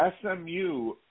SMU